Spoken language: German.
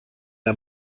der